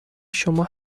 شما